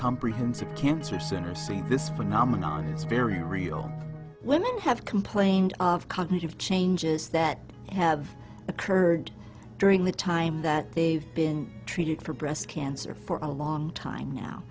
comprehensive cancer center say this phenomenon is very real women have complained of cognitive changes that have occurred during the time that they've been treated for breast cancer for a long time now